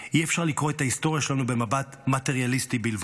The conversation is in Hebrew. אי-אפשר לקרוא את ההיסטוריה שלנו במבט מטריאליסטי בלבד.